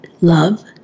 Love